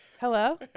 Hello